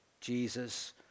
Jesus